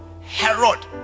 Herod